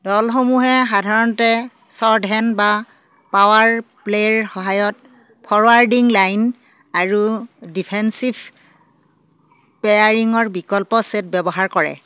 দলসমূহে সাধাৰণতে শ্বৰ্টহেণ্ড বা পাৱাৰ প্লে'ৰ সহায়ত ফৰৱাৰ্ডিং লাইন আৰু ডিফেন্সিভ পেয়াৰিঙৰ বিকল্প ছেট ব্যৱহাৰ কৰে